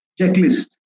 checklist